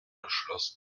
geschlossen